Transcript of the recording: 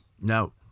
No